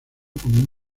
como